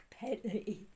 penny